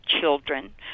children